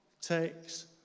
takes